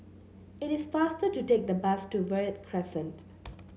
it is faster to take the bus to Verde Crescent